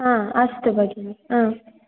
आ अस्तु भगिनि आ